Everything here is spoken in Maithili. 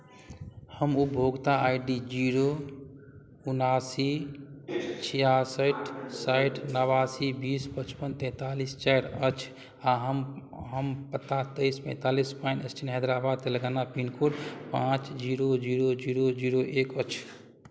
हम उपभोक्ता आइ डी जीरो उनासी छियासठि साठि नबासी बीस पचपन तैंतालीस चारि अछि आ हम हम पता तेइस पैंतालीस pine street Hyderabad Telangana pincode पाँच जीरो जीरो जीरो जीरो एक अछि